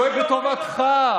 דואג לטובתך.